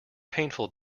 painful